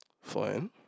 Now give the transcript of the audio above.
Fine